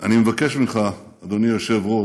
אני מבקש ממך, אדוני היושב-ראש,